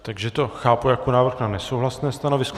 Takže to chápu jako návrh na nesouhlasné stanovisko.